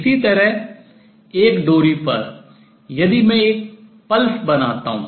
इसी तरह एक डोरी पर यदि मैं एक pulse स्पंद बनाता हूँ